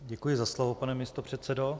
Děkuji za slovo, pane místopředsedo.